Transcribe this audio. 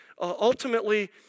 ultimately